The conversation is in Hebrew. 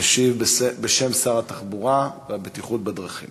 ישיב בשם שר התחבורה והבטיחות בדרכים